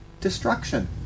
destruction